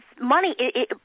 money –